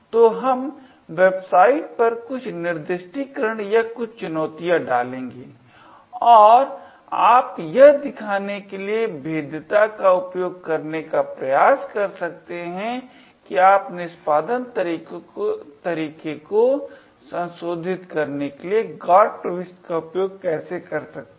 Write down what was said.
तो हम वेबसाइट पर कुछ निर्दिष्टिकरण या कुछ चुनौतियां डालेंगे और आप यह दिखाने के लिए भेद्यता का उपयोग करने का प्रयास कर सकते हैं कि आप निष्पादन तरीके को संशोधित करने के लिए GOT प्रविष्टि का उपयोग कैसे कर सकते हैं